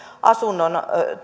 asunnon